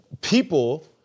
people